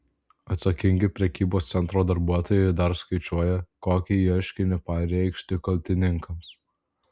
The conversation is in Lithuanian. atsakingi prekybos centro darbuotojai dar skaičiuoja kokį ieškinį pareikšti kaltininkams